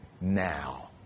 now